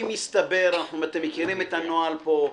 אתה מכירים את הנוהל פה,